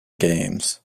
games